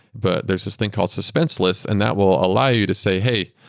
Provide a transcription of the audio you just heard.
but there's this thing called suspense list and that will allow you to say, hey,